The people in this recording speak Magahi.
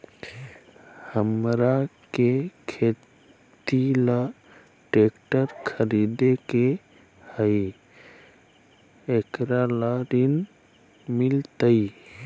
हमरा के खेती ला ट्रैक्टर खरीदे के हई, एकरा ला ऋण मिलतई?